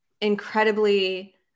incredibly